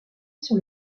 sur